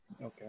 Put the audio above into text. Okay